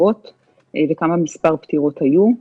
וכמה מספר פטירות היו,